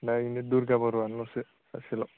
दा ऐनो दुर्गा बर'आनो सासेल'सो सासेल'